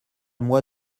moi